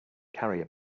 carrier